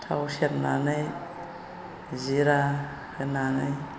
थाव सेरनानै जिरा होनानै